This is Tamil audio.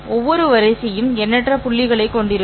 ஒவ்வொரு வரிசையும் எண்ணற்ற புள்ளிகளைக் கொண்டிருக்கும்